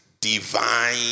divine